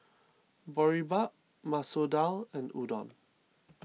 Boribap Masoor Dal and Udon